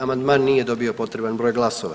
Amandman nije dobio potreban broj glasova.